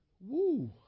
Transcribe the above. Woo